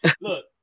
look